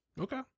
okay